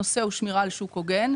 הנושא הוא שמירה על שוק הוגן,